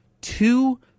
two